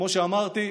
כמו שאמרתי,